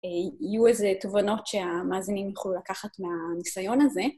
יהיו איזה תובנות שהמאזינים יוכלו לקחת מהניסיון הזה.